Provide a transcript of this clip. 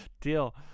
deal